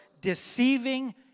deceiving